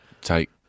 take